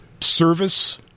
service